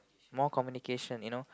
more communication you know